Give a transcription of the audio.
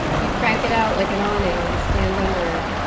you crank it out like an awning and stand under it,